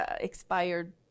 expired